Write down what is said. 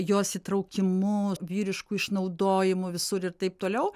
jos įtraukimu vyrišku išnaudojimu visur ir taip toliau